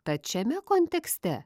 tad šiame kontekste